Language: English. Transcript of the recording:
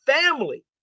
family